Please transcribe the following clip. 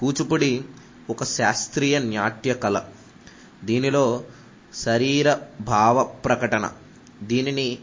కూచిపూడి ఒక శాస్త్రీయ నాట్య కళ దీనిలో శరీర భావప్రకటన దీనిని